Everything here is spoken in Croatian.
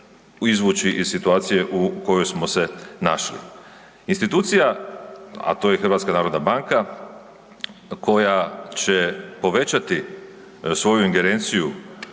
izvući iz situacije u koju smo se našli. Institucija, a to je i HNB koja će povećati svoju ingerenciju